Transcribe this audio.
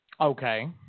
Okay